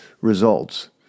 Results